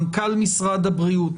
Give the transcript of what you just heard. מנכ"ל משרד הבריאות,